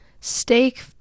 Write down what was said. steak